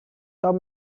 tom